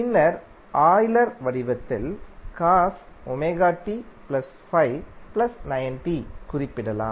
பின்னர்ஆய்லர் வடிவத்தில் குறிப்பிடலாம்